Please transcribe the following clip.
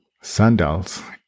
Sandals